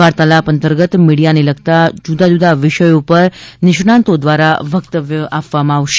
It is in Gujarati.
વાર્તાલાપ અંતર્ગત મીડીયાને લગતા જુદા જુદા વિષયો પર નિષ્ણાતો દ્વારા વક્તવ્ય આપવામાં આવશે